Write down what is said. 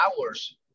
hours